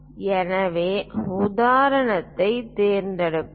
எனவே ஒரு உதாரணத்தைத் தேர்ந்தெடுப்போம்